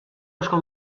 asko